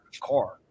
car